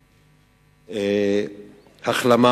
החלמה.